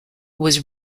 was